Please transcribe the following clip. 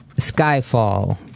Skyfall